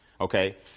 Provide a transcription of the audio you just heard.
okay